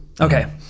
Okay